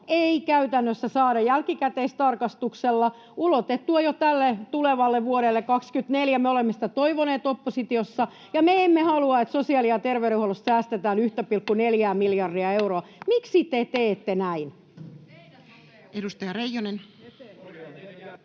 ei käytännössä saada jälkikäteistarkastuksella ulotettua jo tälle tulevalle vuodelle 24. Me olemme sitä toivoneet oppositiossa, ja me emme halua, että sosiaali- ja terveydenhuollosta säästetään 1,4:ää miljardia euroa. Miksi te teette näin? [Jenna